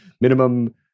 minimum